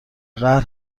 قهر